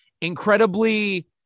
incredibly